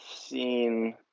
seen